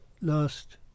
last